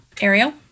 Ariel